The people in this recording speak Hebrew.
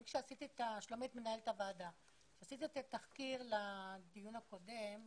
כשעשיתי את התחקיר לדיון הקודם,